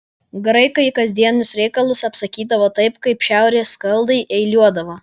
graikai kasdienius reikalus apsakydavo taip kaip šiaurės skaldai eiliuodavo